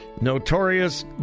notorious